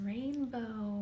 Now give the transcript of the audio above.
Rainbow